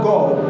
God